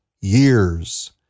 years